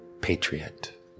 Patriot